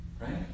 Right